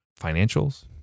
financials